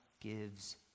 gives